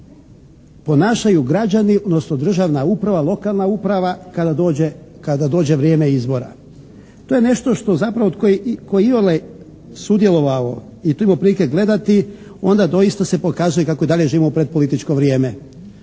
se ponašaju građani, odnosno Državna uprava, lokalna uprava kada dođe vrijeme izbora. To je nešto što zapravo, tko iole sudjelovao i imao prilike gledati, onda doista se pokazuje kako i dalje živimo u pretpolitičko vrijeme.